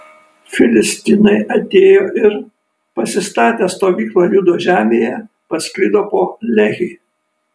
filistinai atėjo ir pasistatę stovyklą judo žemėje pasklido po lehį